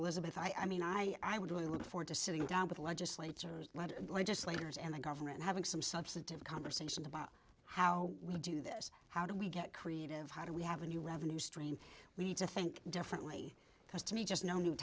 elizabeth i mean i i would really look forward to sitting down with legislators and legislators and the government having some substantive conversation about how we do this how do we get creative how do we have a new revenue stream we need to think differently because to me just no new